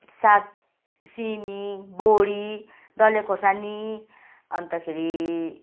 साग सिमी बोडी डल्ले खोर्सानी अन्तखेरि